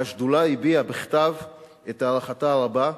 והשדולה הביעה בכתב את הערכתה הרבה,